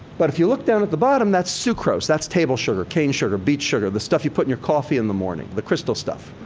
but if you look down at the bottom, that's sucrose. that's table sugar, cane sugar, beet sugar, the stuff you put in your coffee in the morning, the crystal stuff.